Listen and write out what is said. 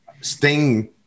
sting